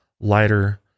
lighter